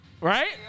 Right